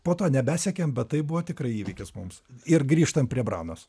po to nebesekėm bet tai buvo tikrai įvykis mums ir grįžtam prie branos